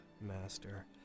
master